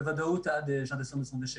בוודאות עד ה-1.1.26.